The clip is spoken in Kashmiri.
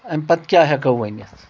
امہِ پتہٕ کیٛاہ ہٮ۪کو ؤنِتھ